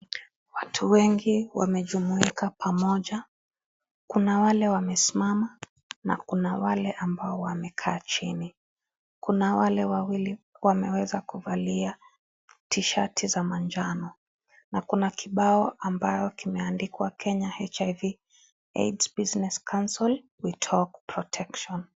Watu wengi wamejumuika pamoja. Kuna wale wamesimama na kuna wale ambao wamekaa chini. Kuna wale wawili wameweza kuvalia tishati za manjano na kuna kibao ambao kimeandikwa " Kenya HIV AIDS Business Council, We talk Protection ".